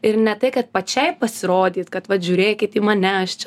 ir ne tai kad pačiai pasirodyt kad vat žiūrėkit į mane aš čia